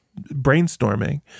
brainstorming